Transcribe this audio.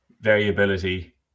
variability